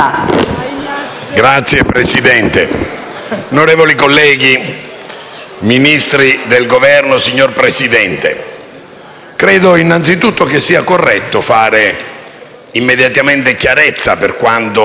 Signor Presidente, onorevoli colleghi, Ministri del Governo, signor Presidente del Consiglio, credo innanzitutto che sia corretto fare immediatamente chiarezza per quanto